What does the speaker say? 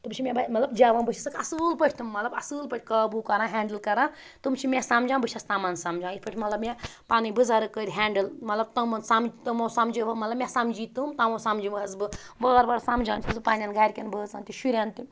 تٕم چھِ مےٚ جَوان بہٕ چھسَکھ مَطلَب اصل پٲٹھۍ تٕم مَطلَب بہٕ چھسَکھ اصل پٲٹھی قابوٗ کَران ہینٛڈٕل کَران تِم چھِ مےٚ سَمجان بہٕ چھس تمَن سَمجان یِتھ پٲٹھۍ مَطلَب مےٚ پَنٕنۍ بٕزَرٕگ کٔرۍ ہینٛڈٕل مَطلَب تمو سَمجہ مَطلَب مےٚ سَمجہِ تِم تِمو سَمجہٕ وٲس بہٕ وار وار سَمجان چھس بہٕ پَننٮ۪ن گَرِکٮ۪ن بٲژَن تہِ شُرٮ۪ن تہِ